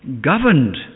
governed